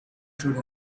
should